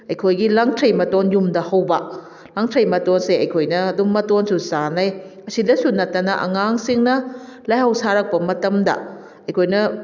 ꯑꯩꯈꯣꯏꯒꯤ ꯂꯥꯡꯊ꯭ꯔꯩ ꯃꯇꯣꯟ ꯌꯨꯝꯗ ꯍꯧꯕ ꯂꯥꯡꯊ꯭ꯔꯩ ꯃꯇꯣꯟꯁꯦ ꯑꯩꯈꯣꯏꯅ ꯑꯗꯨꯝ ꯃꯇꯣꯟꯁꯨ ꯆꯥꯅꯩ ꯑꯁꯤꯗꯁꯨ ꯅꯠꯇꯅ ꯑꯉꯥꯡꯁꯤꯡꯅ ꯂꯥꯏꯍꯧ ꯁꯥꯔꯛꯄ ꯃꯇꯝꯗ ꯑꯩꯈꯣꯏꯅ